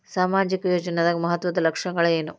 ಸಾಮಾಜಿಕ ಯೋಜನಾದ ಮಹತ್ವದ್ದ ಲಕ್ಷಣಗಳೇನು?